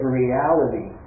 reality